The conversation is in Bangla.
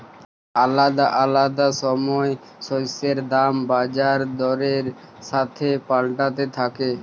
আলাদা আলাদা সময় শস্যের দাম বাজার দরের সাথে পাল্টাতে থাক্যে